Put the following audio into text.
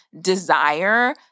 desire